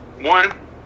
one